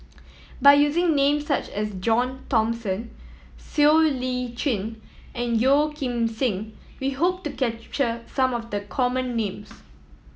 by using names such as John Thomson Siow Lee Chin and Yeo Kim Seng we hope to capture some of the common names